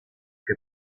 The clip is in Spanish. que